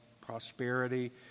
prosperity